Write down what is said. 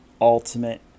ultimate